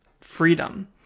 freedom